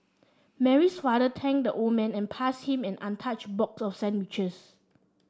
Mary's father thanked the old man and passed him an untouched box of sandwiches